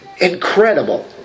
Incredible